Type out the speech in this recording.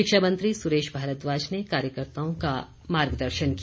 शिक्षा मंत्री सुरेश भारद्वाज ने कार्यकर्ताओं का मार्गदर्शन किया